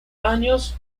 años